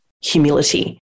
humility